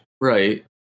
Right